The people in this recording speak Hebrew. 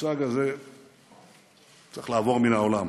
המושג הזה צריך לעבור מן העולם.